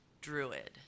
druid